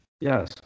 Yes